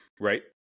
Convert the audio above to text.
right